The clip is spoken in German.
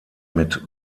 mit